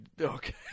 Okay